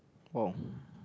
oh